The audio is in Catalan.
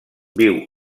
viu